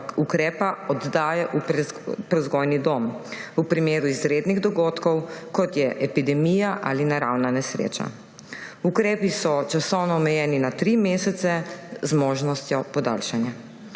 ukrepa oddaje v prevzgojni dom, v primeru izrednih dogodkov, kot je epidemija ali naravna nesreča. Ukrepi so časovno omejeni na tri mesece z možnostjo podaljšanja.